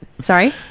Sorry